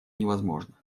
невозможно